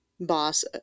boss